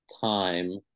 time